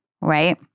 right